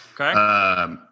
Okay